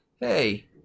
hey